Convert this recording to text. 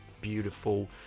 beautiful